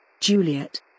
Juliet